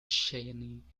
cheyenne